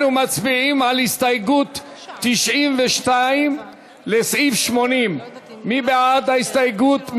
אנחנו מצביעים על הסתייגות 92 לסעיף 80. מי בעד ההסתייגות?